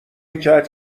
کرد